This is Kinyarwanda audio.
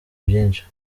byinshi